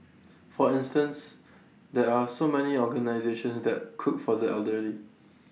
for instance there are so many organisations that cook for the elderly